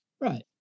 Right